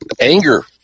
anger